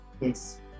yes